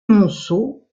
montceau